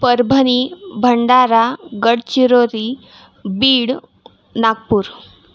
Parbhani Bhandara Gadchiroli Beed Nagpur